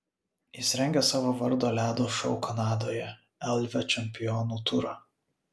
jis rengia savo vardo ledo šou kanadoje elvio čempionų turą